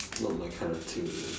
not my kind of thing